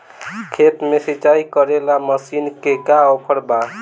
खेत के सिंचाई करेला मशीन के का ऑफर बा?